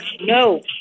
No